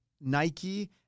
Nike